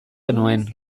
genuen